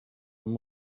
amb